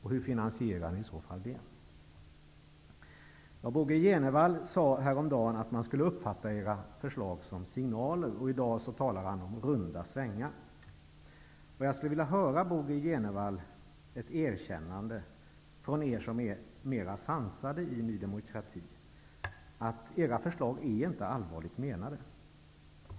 Hur finansierar ni i så fall det? Bo G Jenevall sade häromdagen att man skulle uppfatta era förslag som signaler. I dag talar han om runda svängar. Jag skulle vilja få ett erkännande från er som är mera sansade i Ny demokrati att era förslag inte är allvarligt menade.